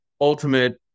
ultimate